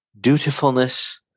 dutifulness